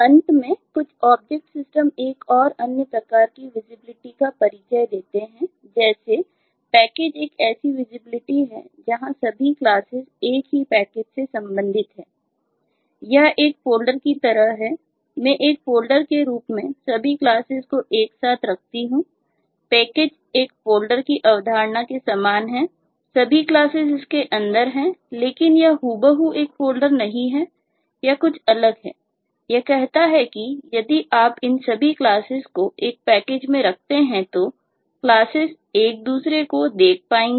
अंत में कुछ ऑब्जेक्ट सिस्टम एक दूसरे को देख पाएंगी